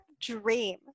dream